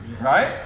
Right